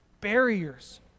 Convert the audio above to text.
barriers